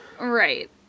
Right